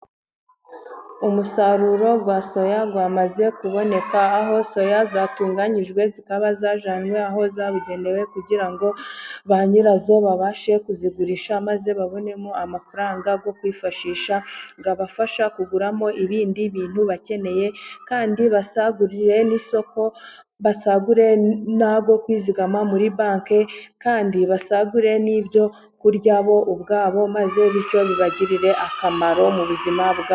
Umusaruro wa soya wamaze kuboneka, aho soya zatunganyijwe zikaba zajyanywe aho zabugenewe kugira ngo ba nyirazo babashe kuzigurisha maze babonemo amafaranga yo kwifashisha abafasha kuguramo ibindi bintu bakeneye, kandi basagurire n'isoko basagure nayo kwizigama muri banki, kandi basagure n'ibyo kurya byabo ubwabo maze bityo bibagirire akamaro mu buzima bwabo.